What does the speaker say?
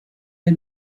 der